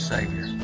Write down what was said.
Savior